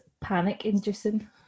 panic-inducing